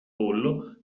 pollo